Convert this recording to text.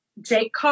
Jake